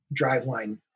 driveline